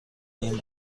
این